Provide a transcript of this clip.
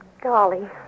golly